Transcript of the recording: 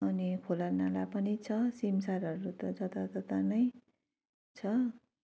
अनि खोला नाला पनि छ सिमसारहरू त जतातता नै छ